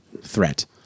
threat